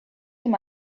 him